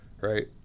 right